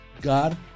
God